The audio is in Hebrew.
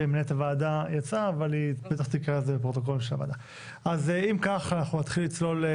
אז אם ככה אנחנו נתחיל לצלול.